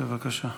בבקשה.